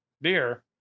beer